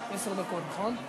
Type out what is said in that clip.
עשר דקות, נכון?